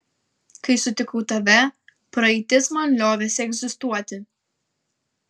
kai sutikau tave praeitis man liovėsi egzistuoti